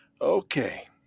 Okay